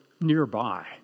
nearby